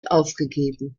aufgegeben